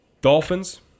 Dolphins